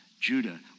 Judah